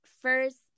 first